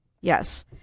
Yes